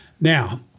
Now